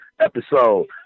episode